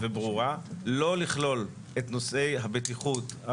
וברורה לא לכלול את נושאי הבטיחות,